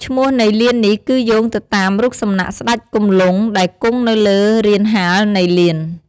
ឈ្មោះនៃលាននេះគឺយោងទៅតាមរូបសំណាក់ស្តេចគំលង់ដែលគង់នៅលើរានហាលនៃលាន។